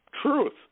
truth